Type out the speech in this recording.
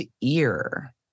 ear